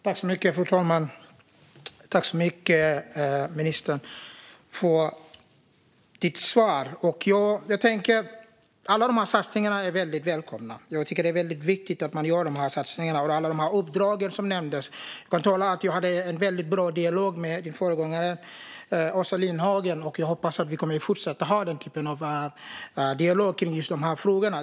Fru talman! Tack så mycket, ministern, för svaret! Alla dessa satsningar är väldigt välkomna. Jag tycker att det är väldigt viktigt att man gör de här satsningarna och ger alla de uppdrag som nämndes. Jag hade en väldigt bra dialog med ministerns föregångare Åsa Lindhagen, och jag hoppas att vi kommer att fortsätta ha den typen av dialog i just dessa frågor.